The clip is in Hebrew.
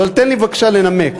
אבל תן לי בבקשה לנמק.